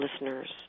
listeners